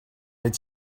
est